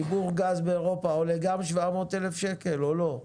חיבור גז באירופה עולה גם 700 אלף שקלים או לא?